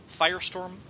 Firestorm